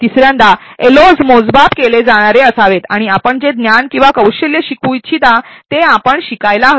तिसऱ्यांदा एलओएस मोजमाप केले जाणारे असावेत आणि आपण जे ज्ञान किंवा कौशल्य शिकू इच्छिता ते आपण शिकायला हवे